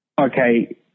okay